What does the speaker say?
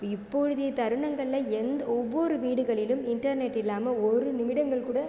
இப்பொழுதைய தருணங்களில் எந்த ஒவ்வொரு வீடுகளிலும் இன்டர்நெட் இல்லாமல் ஒரு நிமிடங்கள் கூட